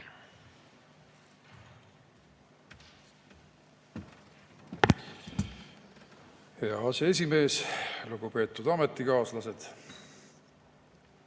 Hea aseesimees! Lugupeetud ametikaaslased!